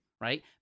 right